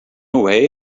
away